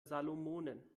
salomonen